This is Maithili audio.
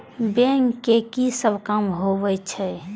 बैंक के की सब काम होवे छे?